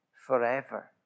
forever